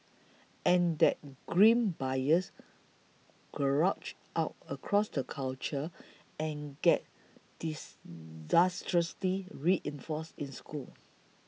and that grim bias trudges out across the culture and gets disastrously reinforced in schools